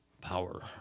power